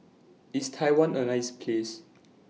IS Taiwan A nice Place